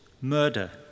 murder